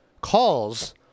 calls –